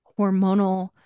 hormonal